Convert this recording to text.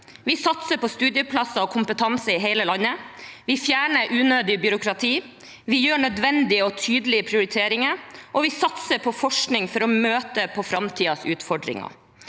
Vi satser på studieplasser og kompetanse i hele landet, vi fjerner unødig byråkrati, vi gjør nødvendige og tydelige prioriteringer, og vi satser på forskning for å møte framtidens utfordringer.